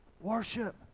Worship